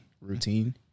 routine